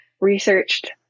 researched